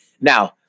Now